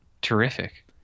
Terrific